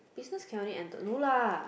business can only enter no lah